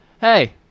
hey